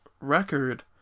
record